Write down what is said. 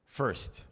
first